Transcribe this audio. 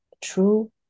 true